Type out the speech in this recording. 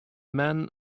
men